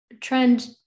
Trend